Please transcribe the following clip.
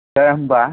जाया होनबा